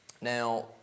Now